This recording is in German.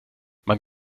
man